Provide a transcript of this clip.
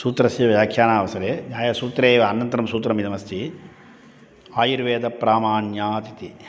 सूत्रस्य व्याख्यानावसरे न्यायसूत्रे एव अनन्तरं सूत्रमिदमस्ति आयुर्वेदप्रामाण्यात् इति